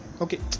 okay